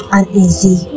uneasy